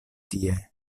tie